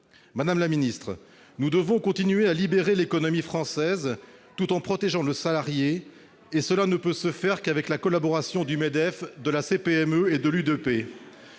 Madame la ministre, nous devons continuer à libérer l'économie française tout en protégeant le salarié, et cela ne peut se faire qu'avec la collaboration du Medef, de la Confédération